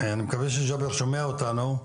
אני מקווה שג'אבר שומע אותנו,